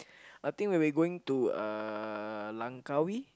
I think when we going to uh Langkawi